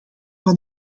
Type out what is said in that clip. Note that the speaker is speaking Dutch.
van